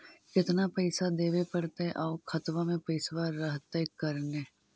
केतना पैसा देबे पड़तै आउ खातबा में पैसबा रहतै करने?